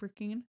freaking